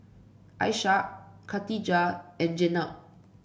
Ishak Katijah and Jenab